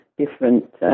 different